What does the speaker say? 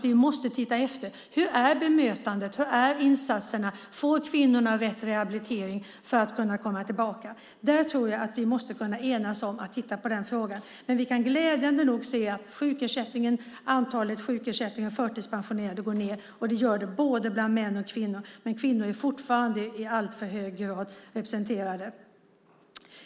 Vi måste se hur bemötandet och insatserna är, om kvinnorna får rätt rehabilitering för att kunna komma tillbaka. Jag tror att vi måste kunna enas om att titta på den frågan. Vi kan glädjande nog se att antalet med sjukersättning och förtidspension går ned, både bland män och kvinnor, men kvinnor är fortfarande i alltför hög grad representerade.